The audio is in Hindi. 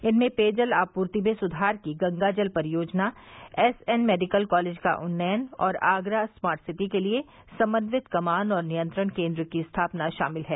इनमें पेयजल आपूर्ति में सुधार की गंगाजल परियोजना एसएन मेडिकल कॉलेज का उन्नयन और आगरा स्मार्ट सिटी के लिये समन्यित कमान और नियंत्रण केंद्र की स्थापना शामिल है